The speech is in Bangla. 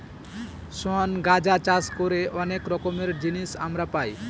শন গাঁজা চাষ করে অনেক রকমের জিনিস আমরা পাই